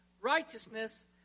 righteousness